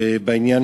בעניין